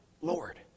Lord